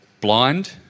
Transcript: Blind